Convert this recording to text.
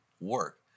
work